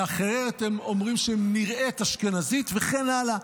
לאחרת הם אומרים שהיא נראית אשכנזית וכן הלאה,